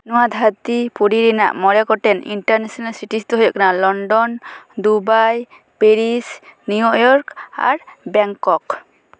ᱱᱚᱣᱟ ᱫᱷᱟᱹᱨᱛᱤ ᱯᱩᱨᱤ ᱨᱮᱱᱟᱜ ᱢᱚᱬᱮ ᱜᱚᱴᱮᱱ ᱤᱱᱴᱟᱨᱱᱮᱥᱱᱮᱞ ᱥᱤᱴᱤᱡᱽ ᱫᱚ ᱦᱩᱭᱩᱜ ᱠᱟᱱᱟ ᱞᱚᱱᱰᱚᱱ ᱫᱩᱵᱟᱭ ᱯᱮᱨᱤᱥ ᱱᱤᱭᱩᱭᱚᱨᱠ ᱟᱨ ᱵᱮᱝᱠᱚᱠ